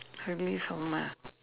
relive ah my